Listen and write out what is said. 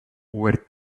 were